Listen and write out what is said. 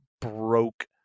broke